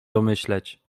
domyśleć